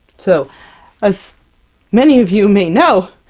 so as many of you may know,